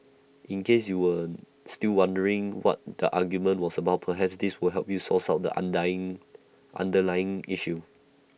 in case you were still wondering what the argument was about perhaps this will help source out the underlying underlying issue